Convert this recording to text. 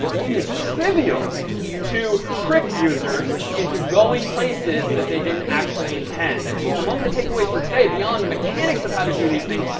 it is trivial to trick users into going places that they didn't actually intend. and so among the takeaways for today, beyond the mechanics of how to do these things,